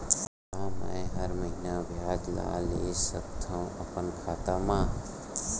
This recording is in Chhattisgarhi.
का मैं हर महीना ब्याज ला ले सकथव अपन खाता मा?